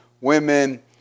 women